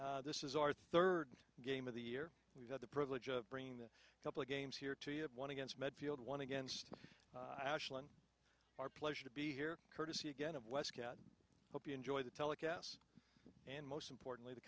cameramen this is our third game of the year we've had the privilege of bringing this couple of games here to you have one against medfield one against our pleasure to be here courtesy again of west pat hope you enjoy the telecast and most importantly the